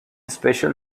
special